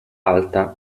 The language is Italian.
alta